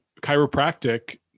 chiropractic